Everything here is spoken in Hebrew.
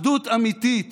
אחדות אמיתית